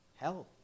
Hell